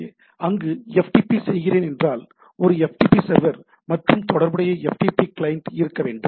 எனவே அங்கு FTP செய்கிறேன் என்றால் ஒரு FTP சர்வர் மற்றும் தொடர்புடைய FTP கிளையன் இருக்க வேண்டும்